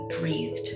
breathed